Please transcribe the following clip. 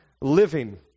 living